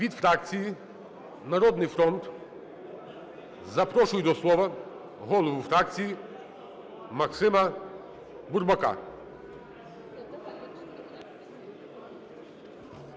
Від фракції "Народний фронт" запрошую до слова голову фракції Максима Бурбака.